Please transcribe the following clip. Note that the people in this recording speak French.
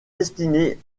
destinée